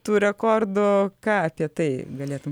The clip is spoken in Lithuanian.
tų rekordų ką apie tai galėtum